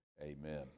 amen